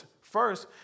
first